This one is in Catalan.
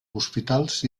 hospitals